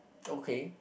okay